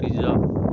reserve